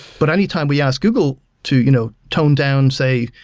but anytime we ask google to you know tone down, say,